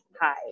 hi